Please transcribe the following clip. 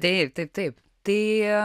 tai taip taip tai